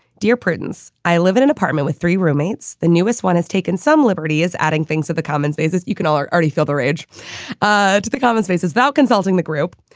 dear prudence, i live in an apartment with three roommates. the newest one has taken some liberty is adding things to the common spaces. you can all already feel the ridge ah to the common spaces now consulting the group,